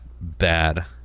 bad